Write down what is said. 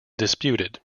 disputed